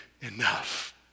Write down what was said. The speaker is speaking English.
enough